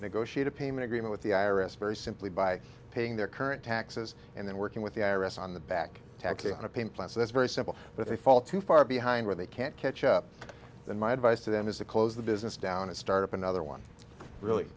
negotiate a payment agreement with the i r s very simply by paying their current taxes and then working with the i r s on the back tax on a paint class that's very simple but they fall too far behind where they can't catch up in my advice to them is to close the business down and start up another one really